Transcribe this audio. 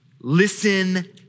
Listen